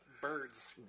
birds